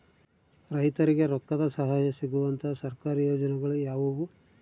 ರೈತರಿಗೆ ರೊಕ್ಕದ ಸಹಾಯ ಸಿಗುವಂತಹ ಸರ್ಕಾರಿ ಯೋಜನೆಗಳು ಯಾವುವು?